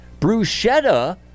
Bruschetta